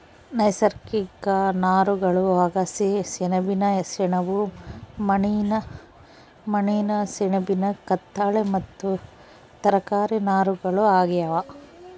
ನೈಸರ್ಗಿಕ ನಾರುಗಳು ಅಗಸೆ ಸೆಣಬಿನ ಸೆಣಬು ಮನಿಲಾ ಸೆಣಬಿನ ಕತ್ತಾಳೆ ಮತ್ತು ತರಕಾರಿ ನಾರುಗಳು ಆಗ್ಯಾವ